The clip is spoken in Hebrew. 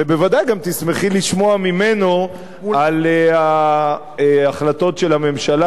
וודאי גם תשמחי לשמוע ממנו על ההחלטות של הממשלה,